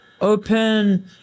open